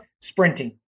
sprinting